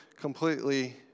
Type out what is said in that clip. completely